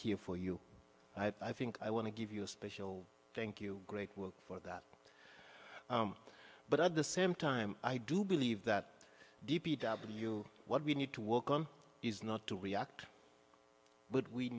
here for you i think i want to give you a special thank you great work for that but at the same time i do believe that d p w what we need to work on is not to react but we